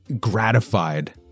gratified